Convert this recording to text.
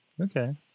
okay